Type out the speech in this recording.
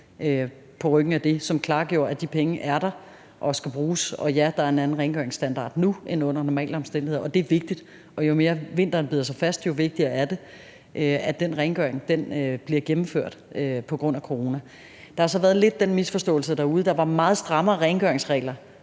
på ryggen af det klargjorde, at de penge er der og skal bruges. Ja, der er en anden rengøringsstandard nu end under normale omstændigheder. Det er vigtigt, og jo mere vinteren bider sig fast, jo vigtigere er det, at den rengøring bliver udført på grund af coronaen. Der har så lidt været en misforståelse derude, for der er nogle,